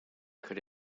could